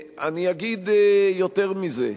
אני אגיד יותר מזה,